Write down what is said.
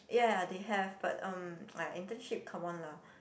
ya they have but um (aiya) internship come on lah